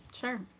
Sure